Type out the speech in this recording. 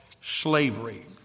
slavery